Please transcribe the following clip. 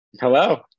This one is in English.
hello